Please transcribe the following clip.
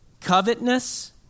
covetousness